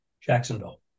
Jacksonville